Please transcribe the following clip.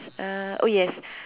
uh oh yes